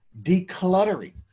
decluttering